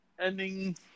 ending